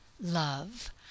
love